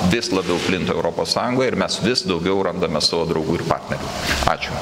vis labiau plinta europos sąjungoj ir mes vis daugiau randame savo draugų ir partnerių ačiū